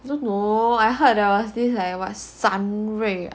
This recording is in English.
don't know I heard there was this like what